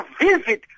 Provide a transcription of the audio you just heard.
visit